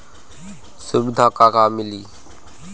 सुविधा का का मिली?